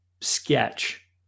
sketch